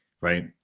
right